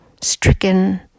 stricken